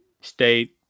state